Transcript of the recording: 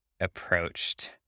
approached